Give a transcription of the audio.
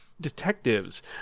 detectives